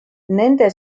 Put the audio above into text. nende